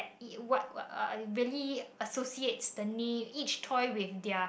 it what uh as in really associates the name each toy with their